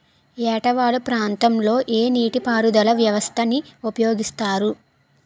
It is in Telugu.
ఏట వాలు ప్రాంతం లొ ఏ నీటిపారుదల వ్యవస్థ ని ఉపయోగిస్తారు?